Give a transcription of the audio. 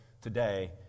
today